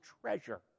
treasure